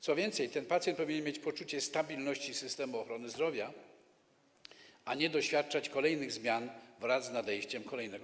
Co więcej, ten pacjent powinien mieć poczucie stabilności systemu ochrony zdrowia, a nie doświadczać kolejnych zmian wraz z nadejściem kolejnego